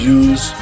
use